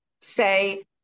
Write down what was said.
say